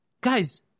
guys